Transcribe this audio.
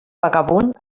vagabund